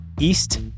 East